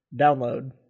Download